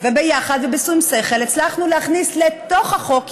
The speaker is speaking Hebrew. ויחד ובשום שכל הצלחנו להכניס לתוך החוק,